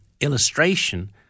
illustration